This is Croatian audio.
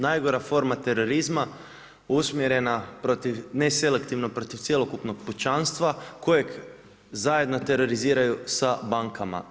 Najgora forma terorizma usmjerena protiv ne selektivno, protiv cjelokupnog pučanstva kojeg zajedno teroriziraju sa bankama.